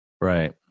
right